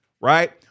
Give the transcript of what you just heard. Right